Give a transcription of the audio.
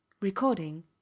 Recording